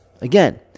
Again